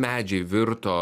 medžiai virto